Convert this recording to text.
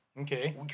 Okay